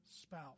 spouse